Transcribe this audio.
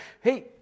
hey